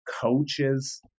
coaches